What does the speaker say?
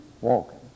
Walking